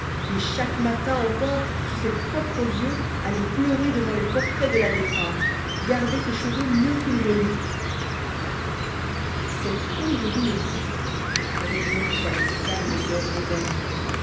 et chaque matin encore sous ses propres yeux allait pleurer devant les portraits de la défunte gardait ses cheveux mieux qu'une relique c'est comme je vous le dis répondit avec calme soeur rosalie